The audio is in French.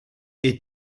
est